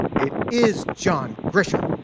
it is john grisham!